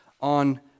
on